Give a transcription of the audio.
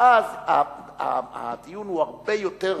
ואז הדיון הוא הרבה יותר,